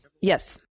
yes